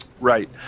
Right